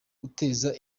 guteza